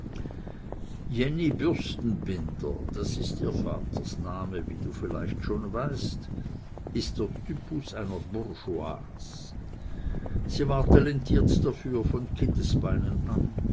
jenny bürstenbinder das ist ihr vatersname wie du vielleicht schon weißt ist der typus einer bourgeoise sie war talentiert dafür von kindesbeinen an